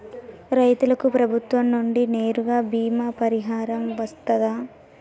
రైతులకు ప్రభుత్వం నుండి నేరుగా బీమా పరిహారం వత్తదా?